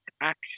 action